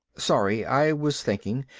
sorry. i was thinking.